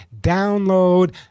download